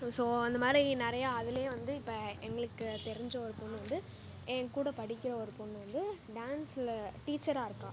so அந்தமாதிரி நிறைய அதுலையே வந்து இப்போ எங்களுக்கு தெரிஞ்ச ஒரு பெண்ணு வந்து என் கூட படிக்கிற ஒரு பெண்ணு வந்து டான்ஸில் டீச்சராக இருக்கா